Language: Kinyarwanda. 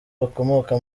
bakomoka